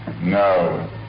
No